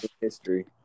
history